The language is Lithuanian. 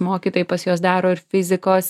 mokytojai pas juos daro ir fizikos